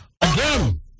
Again